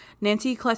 Nancy